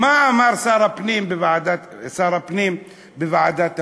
מה אמר שר הפנים בוועדת הפנים?